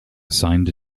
assigned